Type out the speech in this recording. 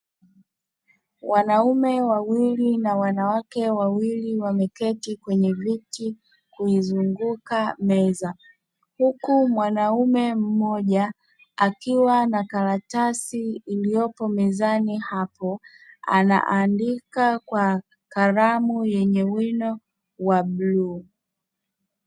Wanaume wawili na wanawake wawili wameketi kwenye viti kuizunguka meza, huku mwanaume mmoja akiwa na karatasi iliyopo mezani hapo anaandika kwa kalamu yenye wino wa bluu.